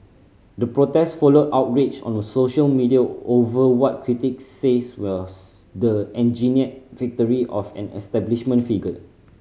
the protest followed outrage on a social media over what critics says was the engineered victory of an establishment figure